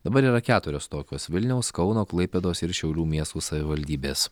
dabar yra keturios tokios vilniaus kauno klaipėdos ir šiaulių miestų savivaldybės